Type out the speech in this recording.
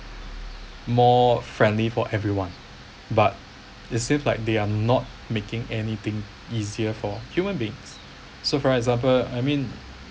more friendly for everyone but it seems like they're not making anything easier for human beings so for example I mean